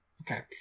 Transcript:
okay